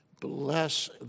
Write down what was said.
Bless